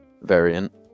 variant